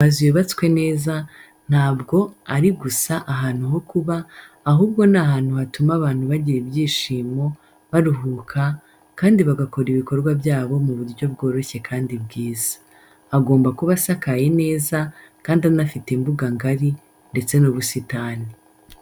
Amazu yubatswe neza ntabwo ari gusa ahantu ho kuba, ahubwo ni ahantu hatuma abantu bagira ibyishimo, baruhuka, kandi bagakora ibikorwa byabo mu buryo bworoshye kandi bwiza. Agomba kuba asakaye neza, kandi anafite imbuga ngari, ndetse n'ubusitani.